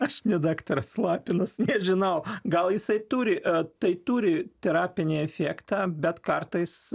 aš ne daktaras lapinas žinau gal jisai turi tai turi terapinį efektą bet kartais